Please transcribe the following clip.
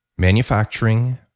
manufacturing